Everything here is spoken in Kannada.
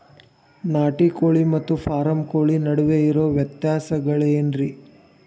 ನಾಟಿ ಕೋಳಿ ಮತ್ತ ಫಾರಂ ಕೋಳಿ ನಡುವೆ ಇರೋ ವ್ಯತ್ಯಾಸಗಳೇನರೇ?